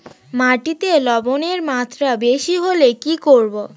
মাটিতে লবণের মাত্রা বেশি হলে কি করব?